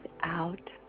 out